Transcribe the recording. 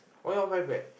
why you want buy bread